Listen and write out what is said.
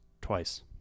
Twice